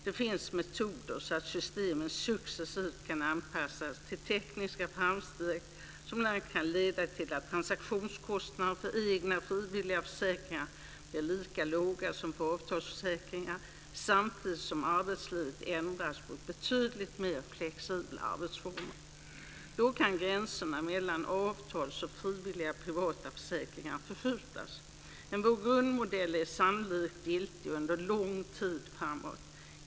Det finns metoder för att systemen successivt ska kunna anpassas till tekniska framsteg, som bl.a. kan leda till att transaktionskostnaderna för egna frivilliga försäkringar blir lika låga som för avtalsförsäkringar, samtidigt som arbetslivet ändras mot betydligt mer flexibla arbetsformer. Då kan gränserna mellan avtalsförsäkringar och frivilliga privata försäkringar förskjutas. Men vår grundmodell är sannolikt giltig under lång tid framöver.